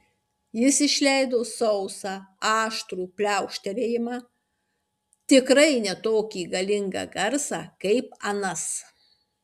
jis išleido sausą aštrų pliaukštelėjimą tikrai ne tokį galingą garsą kaip anas